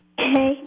Okay